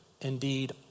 Indeed